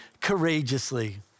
Courageously